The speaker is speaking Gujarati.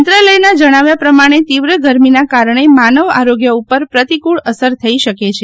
મંત્રાલયનાં જણાવ્યા પ્રમાણે તીવ્ર ગરમીના કારણે માનવ આરોગ્ય ઉપર પ્રતિકુળ અસર થઇ શકે છે